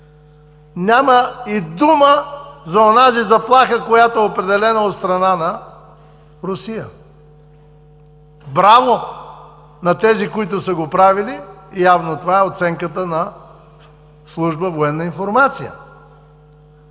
няма и дума за онази заплаха, която е определена от страна на Русия! Браво на тези, които са го правили! Явно това е оценката на Служба „Военна информация“.